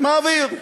מעביר.